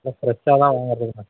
எல்லாம் ஃப்ரெஷ்ஷாக தான் வாங்குறது